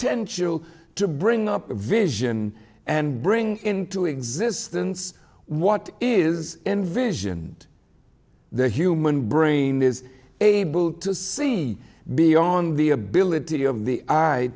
tend to bring up vision and bring into existence what is envisioned the human brain is able to see beyond the ability of the i